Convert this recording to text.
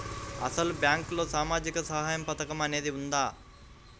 అసలు బ్యాంక్లో సామాజిక సహాయం పథకం అనేది వున్నదా?